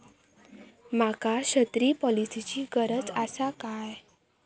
माका छत्री पॉलिसिची गरज आसा काय?